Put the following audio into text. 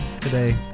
today